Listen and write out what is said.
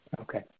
Okay